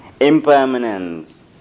impermanence